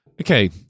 Okay